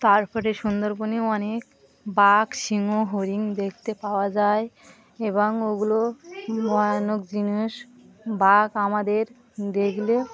তার পরে সুন্দরবনে অনেক বাঘ সিংহ হরিণ দেখতে পাওয়া যায় এবং ওগুলো ভয়ানক জিনিস বাঘ আমাদের দেখলে